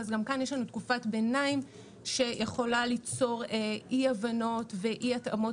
אז גם כאן יש תקופת ביניים שיכולה ליצור אי הבנות ואי התאמות